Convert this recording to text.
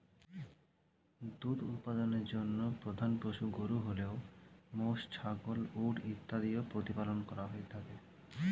দুধ উৎপাদনের জন্য প্রধান পশু গরু হলেও মোষ, ছাগল, উট ইত্যাদিও প্রতিপালন করা হয়ে থাকে